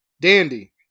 Dandy